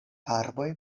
arboj